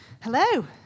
Hello